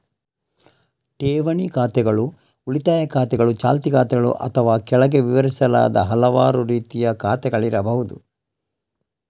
ಠೇವಣಿ ಖಾತೆಗಳು ಉಳಿತಾಯ ಖಾತೆಗಳು, ಚಾಲ್ತಿ ಖಾತೆಗಳು ಅಥವಾ ಕೆಳಗೆ ವಿವರಿಸಲಾದ ಹಲವಾರು ಇತರ ರೀತಿಯ ಖಾತೆಗಳಾಗಿರಬಹುದು